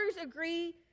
agree